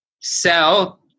sell